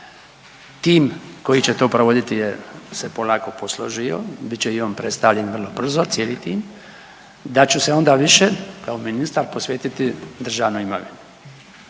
tim koji će to provoditi je se je polako posložio, bit će i on predstavljen vrlo brzo, cijeli tim, da ću se onda više kao ministar posvetiti državnoj